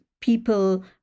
people